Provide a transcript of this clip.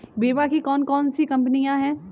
बीमा की कौन कौन सी कंपनियाँ हैं?